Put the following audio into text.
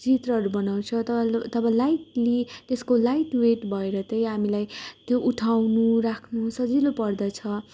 चित्रहरू बनाउँछौँ त तब लाइटली त्यसको लाइटवेट भएर त्यही हामीलाई त्यो उठाउनु राख्नु सजिलो पर्दछ